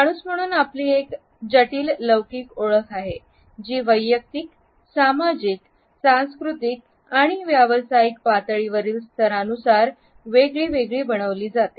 माणूस म्हणून आपली एक जटिल लौकिक ओळख आहे जी वैयक्तिक सामाजिक सांस्कृतिक आणि व्यावसायिक पातळीवरील स्तरनुसार वेगळी बनविली जाते